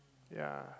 ya